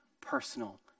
personal